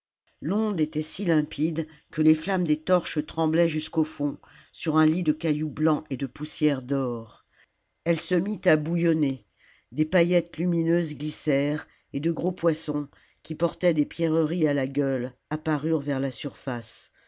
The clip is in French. l'onde était si limpide que les flammes des torches tremblaient jusqu'au fond sur un lit de cailloux blancs et de poussière d'or elle se mit à bouillonner des paillettes lumineuses glissèrent et de gros poissons qui portaient des pierreries à la gueule apparurent vers la surface